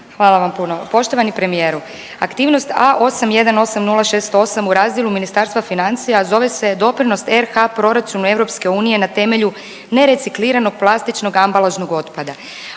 Hvala vam puno. Poštovani premijeru Aktivnost A818068 u razdjelu Ministarstva financija zove se Doprinos RH proračunu EU na temelju nerecikliranog plastičnog ambalažnog otpada.